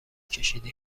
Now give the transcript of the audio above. ﻧﻌﺮه